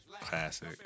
Classic